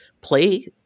play